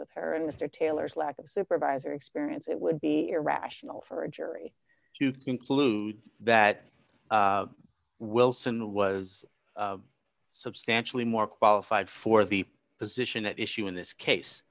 with her and mr taylor's lack of supervisor experience it would be irrational for a jury to conclude that wilson was substantially more qualified for the position at issue in this case